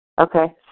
Okay